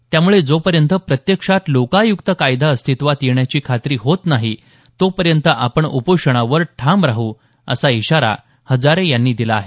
त्यामुळे जोपर्यंत प्रत्यक्षात लोकायुक्त कायदा अस्तित्वात येण्याची खात्री होत नाही तोपर्यंत आपण उपोषणावर ठाम राहू असा इशारा हजारे यांनी दिला आहे